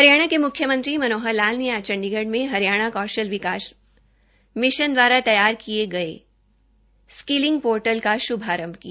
हरियाणा के मुख्यमंत्री श्री मनोहर लाल ने आज चंडीगढ़ में हरियाणा कौशल विकास मिशन दवारा तैयार किए गए स्किलिंग पोर्टल का श्भारंभ किया